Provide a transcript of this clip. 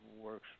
works